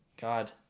God